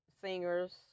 singers